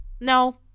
no